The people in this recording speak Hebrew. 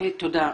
תודה.